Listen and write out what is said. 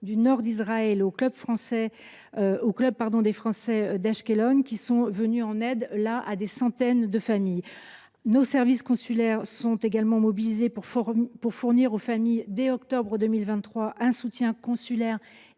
du nord d’Israël (AFSNI) et au club des Français d’Ashkelon, qui sont eux venus en aide à des centaines de familles. Nos services ont également été mobilisés pour fournir aux familles, dès octobre 2023, un soutien consulaire